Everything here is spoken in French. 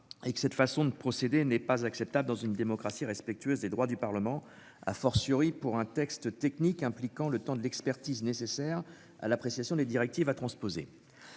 et que cette façon de procéder n'est pas acceptable dans une démocratie respectueuse des droits du Parlement, a fortiori pour un texte technique impliquant le temps de l'expertise nécessaire à l'appréciation des directives à transposer.